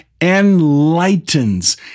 enlightens